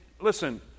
Listen